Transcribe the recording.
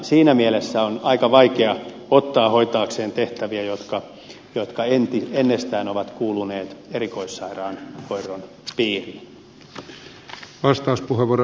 siinä mielessä on aika vaikea ottaa hoitaakseen tehtäviä jotka ennestään ovat kuuluneet erikoissairaanhoidon piiriin